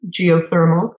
geothermal